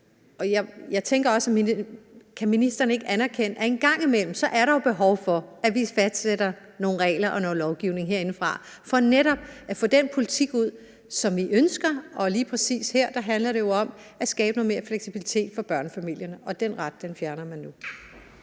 her 30-timersregel. Kan ministeren ikke anerkende, at der en gang imellem er behov for, at vi fastsætter nogle regler og noget lovgivning herindefra for netop at få den politik ud, som vi ønsker? Og lige præcis her handler det jo om at skabe noget mere fleksibilitet for børnefamilier, og den ret fjerner man nu.